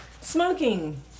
Smoking